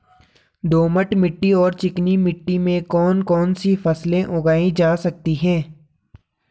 दोमट मिट्टी और चिकनी मिट्टी में कौन कौन सी फसलें उगाई जा सकती हैं?